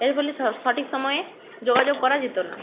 এর ফলে স সঠিক সময়ে যোগাযোগ করা যেত না